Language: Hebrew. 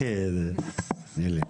לישראל?